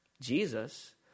Jesus